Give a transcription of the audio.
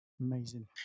Amazing